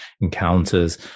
encounters